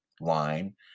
line